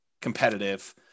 competitive